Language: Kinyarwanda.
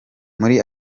muri